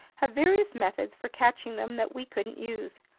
have various methods for catching them that we couldn't use.